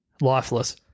lifeless